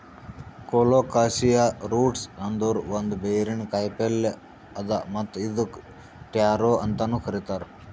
colocasia roots ಅಂದುರ್ ಒಂದ್ ಬೇರಿನ ಕಾಯಿಪಲ್ಯ್ ಅದಾ ಮತ್ತ್ ಇದುಕ್ ಟ್ಯಾರೋ ಅಂತನು ಕರಿತಾರ್